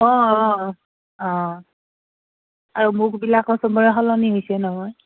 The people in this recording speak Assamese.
অঁ অঁ অঁ আৰু মুখবিলাকো চবৰে সলনি হৈছে নহয়